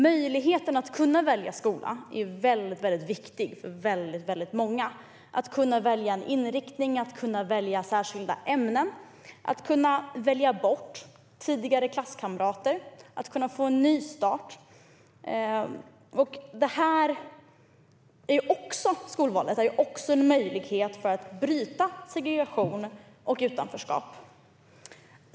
Möjligheten att välja skola är väldigt viktig för många. Det handlar om att kunna välja inriktning och särskilda ämnen, att kunna välja bort tidigare klasskamrater och att kunna få en nystart. Skolvalet är också en möjlighet att bryta segregation och utanförskap.